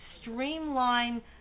streamline